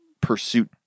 pursuit